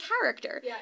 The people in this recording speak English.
character